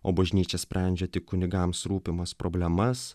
o bažnyčia sprendžia tik kunigams rūpimas problemas